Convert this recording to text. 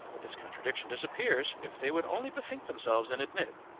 but this contradiction disappears, if they would only bethink themselves and admit,